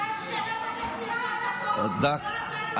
אתה שנה וחצי ישבת פה ולא נתת לנו להוציא משפט.